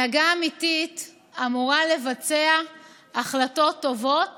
הנהגה אמיתית אמורה לבצע החלטות טובות